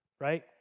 Right